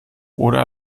oder